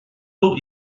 nhw